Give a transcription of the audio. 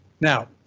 Now